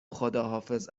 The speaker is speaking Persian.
خداحافظ